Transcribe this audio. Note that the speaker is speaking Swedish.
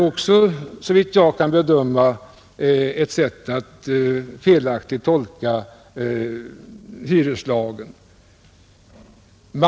Det är såvitt jag kan bedöma ett felaktigt sätt att tolka hyreslagen.